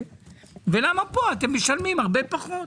ולמה פה אתם משלמים הרבה פחות?